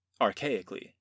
archaically